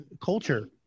culture